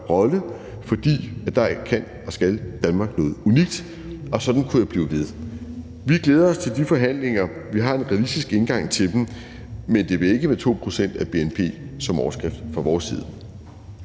rolle, fordi der kan og skal Danmark noget unikt, og sådan kunne jeg blive ved. Vi glæder os til de forhandlinger. Vi har en realistisk indgang til dem, men det bliver ikke med 2 pct. af bnp som overskrift fra vores side.